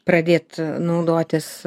pradėt naudotis